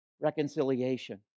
reconciliation